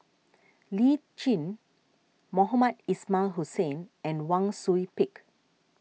Lee Tjin Mohamed Ismail Hussain and Wang Sui Pick